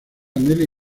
nelly